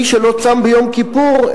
מי שלא צם ביום כפור,